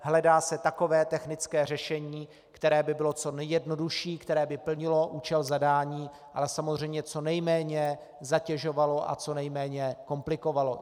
Hledá se takové technické řešení, které by bylo co nejjednodušší, které by plnilo účel zadání, ale samozřejmě co nejméně zatěžovalo a co nejméně komplikovalo.